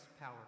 power